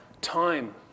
time